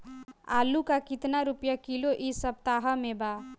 आलू का कितना रुपया किलो इह सपतह में बा?